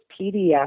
PDF